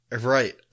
Right